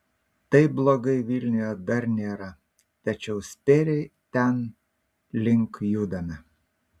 taip blogai vilniuje dar nėra tačiau spėriai tenlink judame